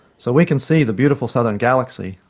so we can see the beautiful southern galaxy,